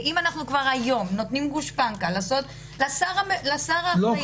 ואם אנחנו כבר היום נותנים גושפנקא לשר- - כבר